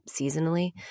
seasonally